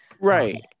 Right